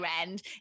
end